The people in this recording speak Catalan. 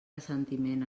assentiment